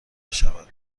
بشود